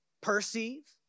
perceive